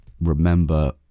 remember